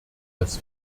das